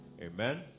Amen